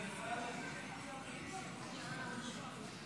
גברתי היושבת-ראש,